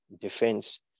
defense